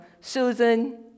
Susan